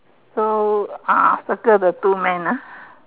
so uh circle the two man ah